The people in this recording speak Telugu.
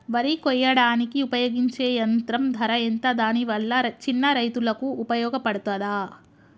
వరి కొయ్యడానికి ఉపయోగించే యంత్రం ధర ఎంత దాని వల్ల చిన్న రైతులకు ఉపయోగపడుతదా?